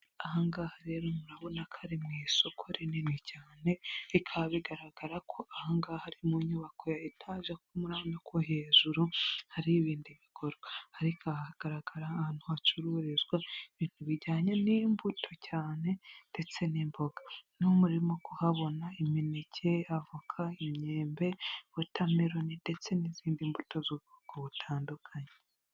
Aha ngaha rero murabona ko ari mu isoko rinini cyane, bikaba bigaragara ko aha ngaha mu nyubako ya etaje kuko murabonako hejuru hari ibindi bikorwa ariko aha hagaragara ahantu hacururizwa ibintu bijyanye n'imbuto cyane ndetse n'imboga, murimo kuhabona kuhabona imineke, avoka, imyembe, watermelon ndetse n'izindi mbuto z'ubwoko butandukanye.